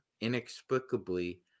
inexplicably